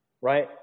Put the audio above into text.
right